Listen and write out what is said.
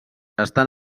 estan